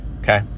okay